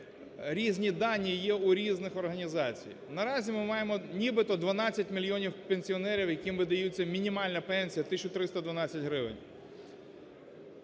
різні дані є у різних організацій. На разі ми маємо нібито дванадцять мільйонів пенсіонерів, яким видається мінімальна пенсія – тисяча